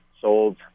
sold